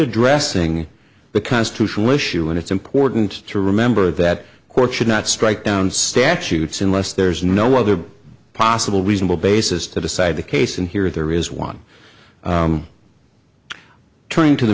addressing the constitutional issue and it's important to remember that courts should not strike down statutes unless there's no other possible reasonable basis to decide the case and here there is one turning to the